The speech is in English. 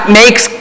makes